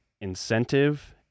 incentive